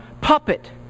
puppet